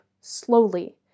slowly